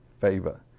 favor